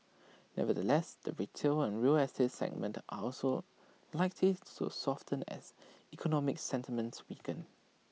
nevertheless the retail and real estate segments are also likely to soften as economic sentiments weaken